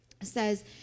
says